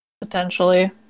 potentially